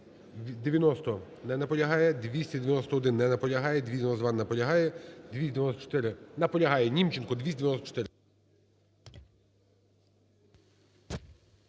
290. Не наполягає. 291. Не наполягає. 292. Не наполягає. 294. Наполягає. Німченко, 294.